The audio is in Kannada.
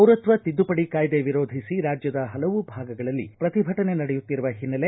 ಪೌರತ್ವ ತಿದ್ದುಪಡಿ ಕಾಯ್ದೆ ವಿರೋಧಿಸಿ ರಾಜ್ಯದ ಹಲವು ಭಾಗಗಳಲ್ಲಿ ಪ್ರತಿಭಟನೆ ನಡೆಯುತ್ತಿರುವ ಹಿನ್ನೆಲೆ